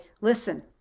listen